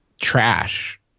trash